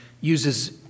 uses